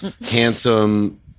handsome